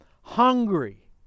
hungry